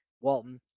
Walton